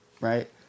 Right